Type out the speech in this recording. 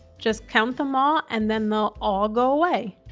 just count them all and then they'll all go away.